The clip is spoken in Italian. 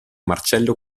marcello